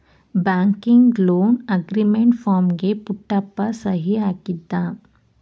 banking loan agreement ಫಾರಂಗೆ ಪುಟ್ಟಪ್ಪ ಸಹಿ ಹಾಕಿದ